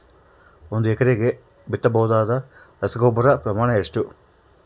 ಒಂದು ಎಕರೆಗೆ ಬಿತ್ತಬಹುದಾದ ರಸಗೊಬ್ಬರದ ಪ್ರಮಾಣ ಎಷ್ಟು?